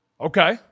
Okay